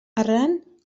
errant